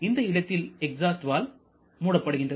இந்த இடத்தில் exhaust valve மூடப்படுகின்றது